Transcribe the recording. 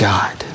God